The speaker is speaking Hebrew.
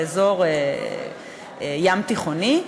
באזור ים-תיכוני,